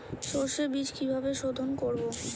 সর্ষে বিজ কিভাবে সোধোন করব?